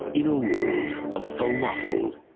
in a world of falafel,